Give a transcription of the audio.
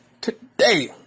today